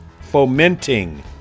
fomenting